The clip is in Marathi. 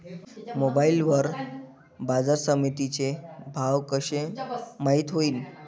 मोबाईल वर बाजारसमिती चे भाव कशे माईत होईन?